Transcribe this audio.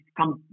come